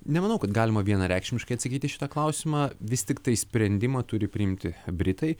nemanau kad galima vienareikšmiškai atsakyti į šitą klausimą vis tiktai sprendimą turi priimti britai